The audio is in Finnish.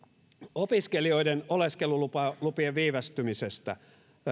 opiskelijoiden oleskelulupien viivästymisestä